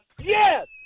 Yes